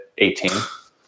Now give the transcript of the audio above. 18